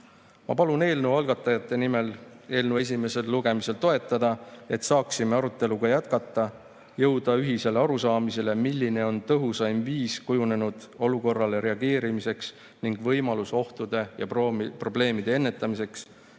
palun eelnõu algatajate nimel eelnõu esimesel lugemisel toetada, et saaksime arutelu jätkata, jõuda ühisele arusaamisele, milline on tõhusaim viis kujunenud olukorrale reageerimiseks ning võimalus ohtude ja probleemide ennetamiseks,